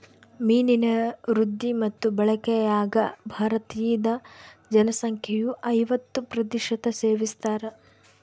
ಮೀನಿನ ವೃದ್ಧಿ ಮತ್ತು ಬಳಕೆಯಾಗ ಭಾರತೀದ ಜನಸಂಖ್ಯೆಯು ಐವತ್ತು ಪ್ರತಿಶತ ಸೇವಿಸ್ತಾರ